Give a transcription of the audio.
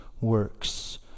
works